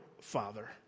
father